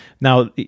Now